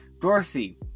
Dorsey